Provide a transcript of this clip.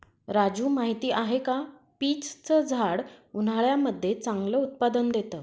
राजू माहिती आहे का? पीच च झाड उन्हाळ्यामध्ये चांगलं उत्पादन देत